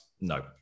no